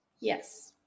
Yes